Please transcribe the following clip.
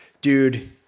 Dude